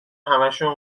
همهشون